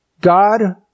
God